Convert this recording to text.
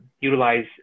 utilize